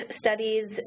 studies